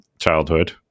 childhood